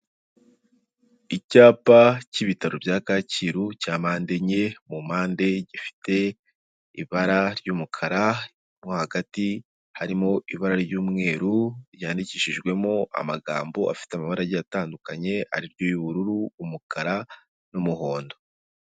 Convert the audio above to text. Icyapa k'ibitaro bya Kacyiru, cya mpande enye, mu mpande gifite ibara ry'umukara, mo hagati harimo ibara ry'umweru, ryandikishijwemo amagambo, afite amabara agiye atandukanye, ariryo ubururu, umukara n'umuhondo.